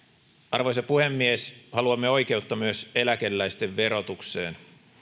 arvoisa puhemies haluamme oikeutta myös eläkeläisten verotukseen